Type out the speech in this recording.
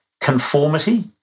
conformity